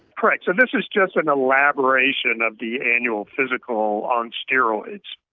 correct. so this is just an elaboration of the annual physical, on steroids.